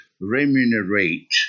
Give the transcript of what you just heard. remunerate